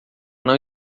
não